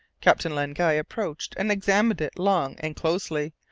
captain len guy approached and examined it long and closely,